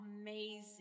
amazing